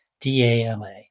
D-A-L-A